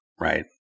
right